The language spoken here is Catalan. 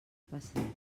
passeig